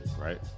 right